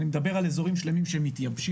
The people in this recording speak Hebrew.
אני מדבר על איזורים שלמים שמתייבשים,